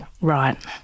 Right